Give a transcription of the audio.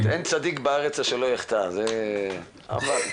זאת אומרת,